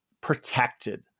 protected